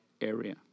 area